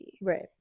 right